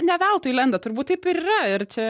ne veltui lenda turbūt taip ir yra ir čia